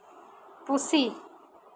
ᱯᱩᱥᱤ